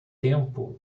tempo